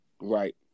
Right